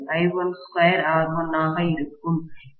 02 I12R1 ஆக இருக்கும்